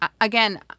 again